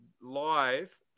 live